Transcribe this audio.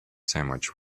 sandwich